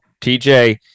TJ